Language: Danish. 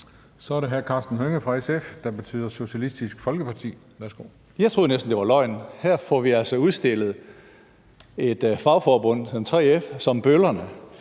Så er det hr. Karsten Hønge fra SF, der betyder Socialistisk Folkeparti. Værsgo. Kl. 14:35 Karsten Hønge (SF): Jeg troede næsten, det var løgn. Her får vi altså udstillet et fagforbund, 3F, som bøllerne